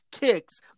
kicks